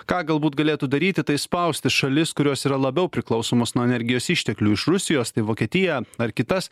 ką galbūt galėtų daryti tai spausti šalis kurios yra labiau priklausomos nuo energijos išteklių iš rusijos tai vokietiją ar kitas